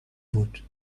بود